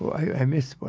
i missed,